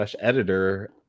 editor